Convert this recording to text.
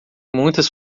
muitas